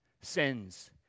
sins